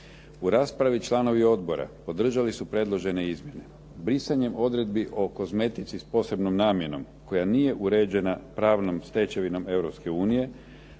U raspravi članovi odbora podržali su predložene izmjene. Brisanjem odredbi o kozmetici sa posebnom namjenom koja nije uređena pravnom stečevinom